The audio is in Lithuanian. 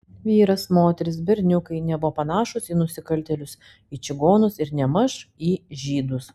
vyras moteris berniukai nebuvo panašūs į nusikaltėlius į čigonus ir nėmaž į žydus